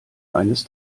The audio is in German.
eines